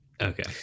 okay